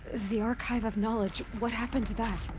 the archive of knowledge, what happened to that?